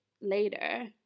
later